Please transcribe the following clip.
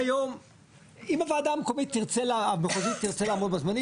כיום אם הוועדה מהחוזית תרצה לעבוד בזמנים,